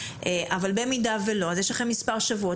אבל במידה ולא אז יש לכם מספר שבועות